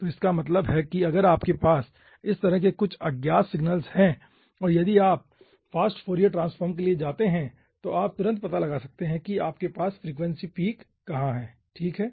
तो इसका मतलब है कि अगर आपके पास इस तरह के कुछ अज्ञात सिग्नल्स हैं और यदि आप फास्ट फोरियर ट्रांसफॉर्म के लिए जाते हैं तो आप तुरंत पता लगा सकते हैं कि आपके पास फ्रीक्वेंसी पीक कहां है ठीक है